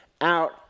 out